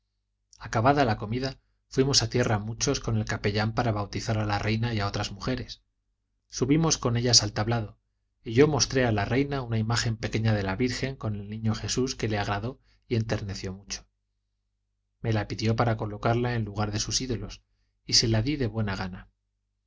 acabada la comida fuimos a tierra muchos con el capellán para bautizar a la reina y a otras mujeres subimos con ellas al tablado y yo mostré a la reina una imagen pequeña de la virgen con el niño jesús que le agradó y enterneció mucho me la pidió para colocarla en lugar de sus ídolos y se la di de buena gana